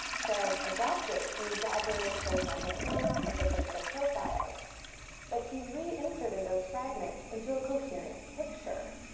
serres adopted the exaggerated horizontal format of the coastal profiles but he reinserted those fragments into a coherent picture.